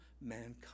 mankind